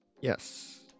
yes